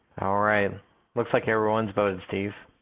all right look like everyone's voted steve.